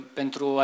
pentru